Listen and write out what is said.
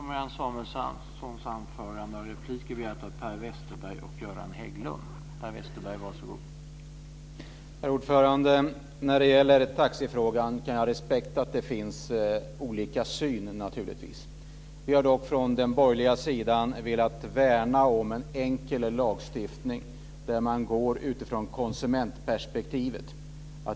Herr talman! Jag kan naturligtvis ha respekt för att det finns olika syn på taxifrågan. Vi har dock från den borgerliga sidan velat värna om en enkel lagstiftning där man utgår från konsumentperspektivet.